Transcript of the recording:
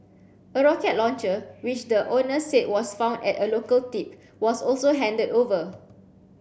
a rocket launcher which the owner said was found at a local tip was also handed over